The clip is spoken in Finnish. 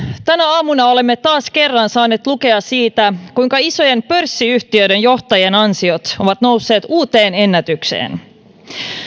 tänä aamuna olemme taas kerran saaneet lukea siitä kuinka isojen pörssiyhtiöiden johtajien ansiot ovat nousseet uuteen ennätykseen